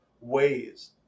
ways